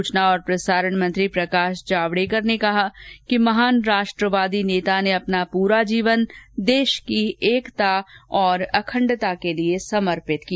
सूचना और प्रसारण मंत्री प्रकाश जावडेकर ने कहा कि महान राष्ट्रवादी नेता ने अपना पूरा जीवन देश की एकता और अखंडता के लिए समर्पित किया